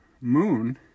Moon